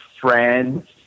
friends